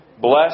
Bless